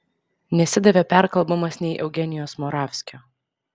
nesidavė perkalbamas nei eugenijaus moravskio